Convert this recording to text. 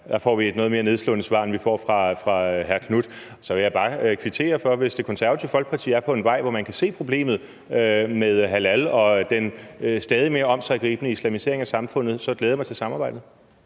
vi får et noget mere nedslående svar, end vi får fra hr. Knuth. Så jeg vil bare kvittere for, at hvis Det Konservative Folkeparti er på en vej, hvor man kan se problemet med halal og den stadig mere omsiggribende islamisering af samfundet, så glæder jeg mig til samarbejdet.